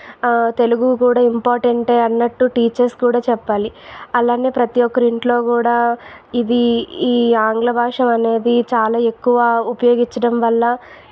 తెలుగు కూడా ఇంపార్టెంటే అన్నట్టు టీచర్స్ కూడా చెప్పాలి అలానే ప్రతి ఒక్కరి ఇంట్లో కూడా ఇది ఈ ఆంగ్ల భాష అనేది చాలా ఎక్కువ ఉపయోగించడం వల్ల